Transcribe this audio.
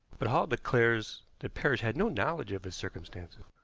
but hall declares that parrish had no knowledge of his circumstances.